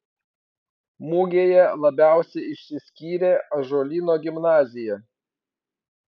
mugėje labiausiai išsiskyrė ąžuolyno gimnazija